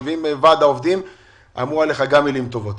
ועם ועד העובדים גם הם אמרו עליך מילים טובות.